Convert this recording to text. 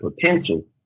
potential